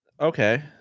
Okay